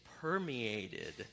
permeated